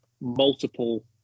Multiple